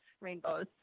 rainbows